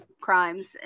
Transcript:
crimes